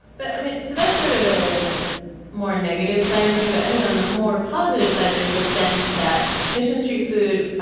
but i mean so that's sort of a more negative side of thing. but i think on the more positive side there's a sense that mission street food,